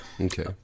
Okay